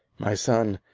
my son,